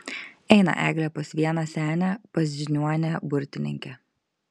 eina eglė pas vieną senę pas žiniuonę burtininkę